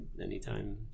anytime